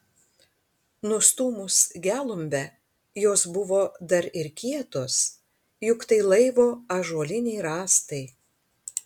nustūmus gelumbę jos buvo dar ir kietos juk tai laivo ąžuoliniai rąstai